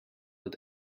dat